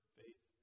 faith